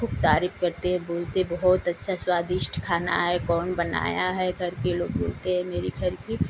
खूब तारीफ करते हैं बोलते बहुत अच्छा स्वादिष्ट खाना है कौन बनाया है घर के लोग बोलते हैं मेरे घर की